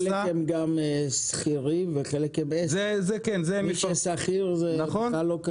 חלק הם גם שכירים, מי ששכיר זה בכלל לא קשור אליו.